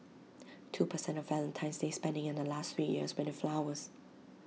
two per cent of Valentine's day spending in the last three years went to flowers